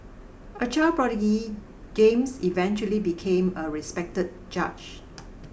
a child prodigy James eventually became a respected judge